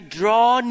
draw